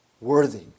worthy